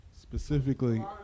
Specifically